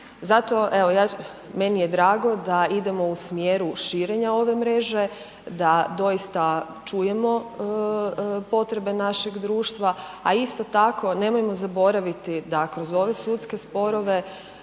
ću, meni je drago da idemo u smjeru širenja ove mreže, da doista čujemo potrebe našeg društva, a isto tako nemojmo zaboraviti da kroz ove sudske sporove